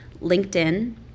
LinkedIn